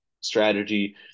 strategy